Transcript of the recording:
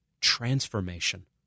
transformation